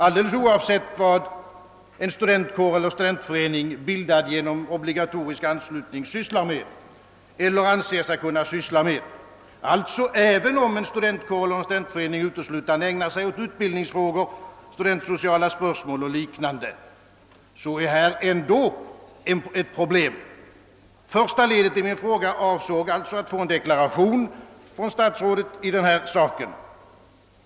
Alldeles oavsett vad en studentkår eller en studentförening, bildad genom obligatorisk anslutning, sysslar med eller anser sig kunna syssla med — alltså även om en studentkår eller studentförening uteslutande ägnar sig åt utbildningsfrågor, studentsociala spörsmål och liknande — anser jag att den obligatoriska anslutningen inte är riktig. Med det första ledet i min fråga avsåg jag alltså att få en deklaration från statsrådet i detta avseende.